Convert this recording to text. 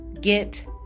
get